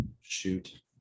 shoot